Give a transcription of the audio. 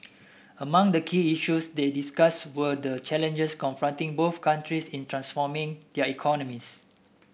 among the key issues they discussed were the challenges confronting both countries in transforming their economies